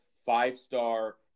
Five-star